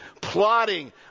plotting